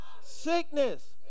sickness